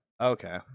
Okay